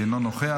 אינו נוכח,